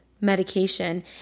medication